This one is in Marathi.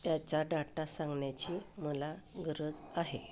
त्याचा डाटा सांगण्याची मला गरज आहे